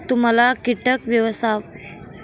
तुम्हाला किटक व्यवस्थापनाविषयी काय म्हणायचे आहे?